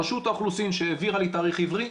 רשות האוכלוסין שהעבירה לי תאריך עברי,